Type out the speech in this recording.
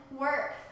work